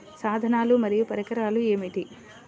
సాధనాలు మరియు పరికరాలు ఏమిటీ?